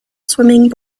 swimming